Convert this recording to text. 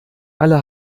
alle